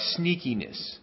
sneakiness